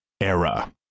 era